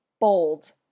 bold